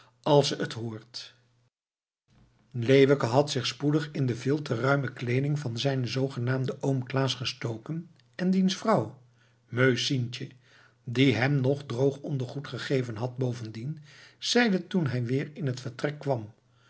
als ze het hoort leeuwke had zich spoedig in de veel te ruime kleeding van zijnen zoogenaamden oom klaas gestoken en diens vrouw meu sientje die hem nog droog ondergoed gegeven had bovendien zeide toen hij weer in het vertrek kwam